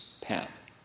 path